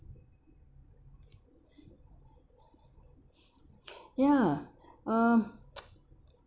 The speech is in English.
ya um